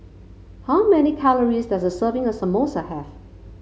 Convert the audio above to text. how many calories does a serving of Samosa have